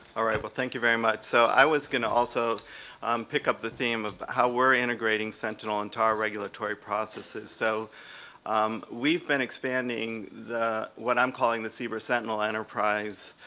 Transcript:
alright well thank you very much so i was going to also pick up the theme of how we're integrating sentinel into our regulatory processes so we've been expanding what i'm calling the cber-sentinel enterprise